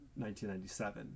1997